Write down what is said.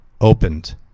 opened